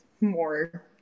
more